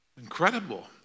Incredible